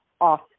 off